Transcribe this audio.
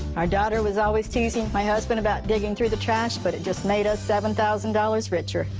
my daughter was always teasing my husband about digging through the trash, but it just made us seven thousand dollars richer.